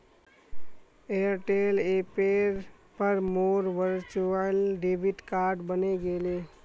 Airtel ऐपेर पर मोर वर्चुअल डेबिट कार्ड बने गेले